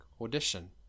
audition